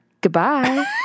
Goodbye